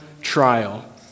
trial